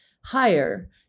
higher